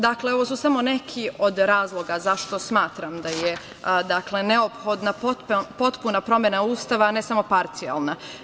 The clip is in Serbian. Dakle, ovo su samo neki od razloga zašto smatram da je neophodna potpuna promena Ustava, a ne samo parcijalna.